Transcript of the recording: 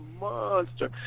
monster